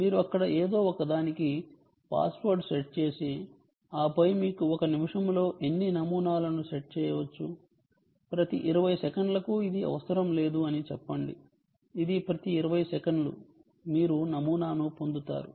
మీరు అక్కడ ఏదో ఒకదానికి పాస్ వర్డ్ సెట్ చేసి ఆపై మీకు ఒక నిమిషంలో ఎన్ని నమూనాలను సెట్ చేయవచ్చు ప్రతి 20 సెకన్లకు ఇది అవసరం లేదు అని చెప్పండి ఇది ప్రతి 20 సెకన్లు మీరు నమూనాను పొందుతారు